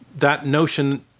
that notion,